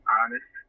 Honest